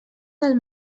del